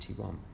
21